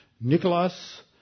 Nicholas